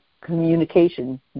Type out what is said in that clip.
Communication